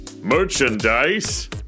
Merchandise